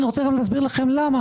אסביר לכם למה